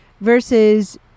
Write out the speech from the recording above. versus